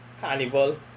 carnival